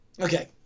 Okay